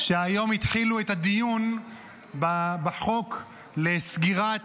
-- שהיום התחילו את הדיון בחוק לסגירת